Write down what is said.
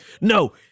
no